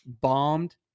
bombed